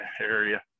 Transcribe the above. area